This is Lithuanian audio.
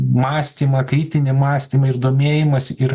mąstymą kritinį mąstymą ir domėjimąsi ir